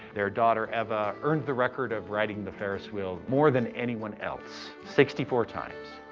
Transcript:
their daughter eva earned the record of riding the ferris wheel more than anyone else, sixty four times.